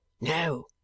No